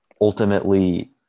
ultimately